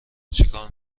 چیکار